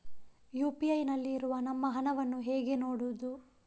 UPI ನಲ್ಲಿ ಇರುವ ನಮ್ಮ ಹಣವನ್ನು ಹೇಗೆ ನೋಡುವುದು?